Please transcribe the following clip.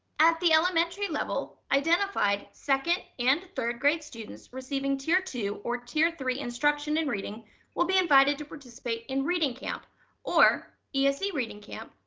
at the elementary level identified second and third grade students receiving tier two or tier three instruction and reading will be invited to participate in reading camp or ese reading camp,